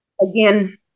again